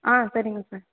ஆ சரிங்க சார்